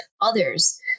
others